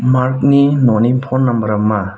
मार्कनि न'नि फन नाम्बारा मा